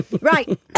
right